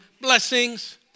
blessings